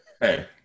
Hey